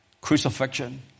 Crucifixion